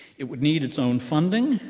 it would need its own funding,